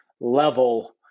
level